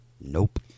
Nope